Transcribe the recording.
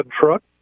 truck